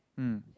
mm